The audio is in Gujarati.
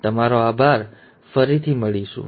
તમારો આભાર અને પછી મળીશું